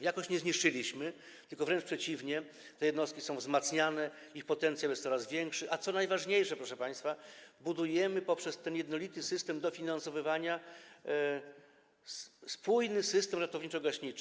Jakoś nie zniszczyliśmy, tylko wręcz przeciwnie - te jednostki są wzmacniane, ich potencjał jest coraz większy, a co najważniejsze, proszę państwa, budujemy poprzez ten jednolity system dofinansowywania spójny system ratowniczo-gaśniczy.